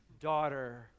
daughter